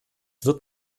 wird